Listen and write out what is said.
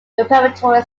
preparatory